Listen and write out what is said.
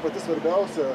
pati svarbiausia